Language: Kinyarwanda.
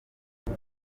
iyi